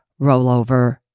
rollover